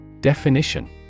Definition